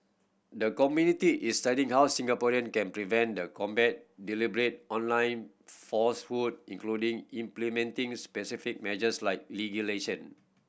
the committee is studying how Singapore can prevent and combat deliberate online falsehood including implementing specific measures like legislation